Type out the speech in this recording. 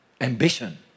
ambition